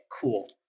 cool